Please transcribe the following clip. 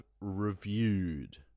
reviewed